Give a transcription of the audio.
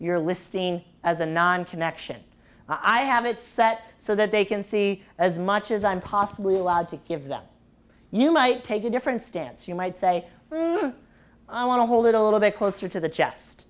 you're listing as a non connection i have it set so that they can see as much as i'm possibly allowed to give them you might take a different stance you might say prove i want to hold it a little bit closer to the chest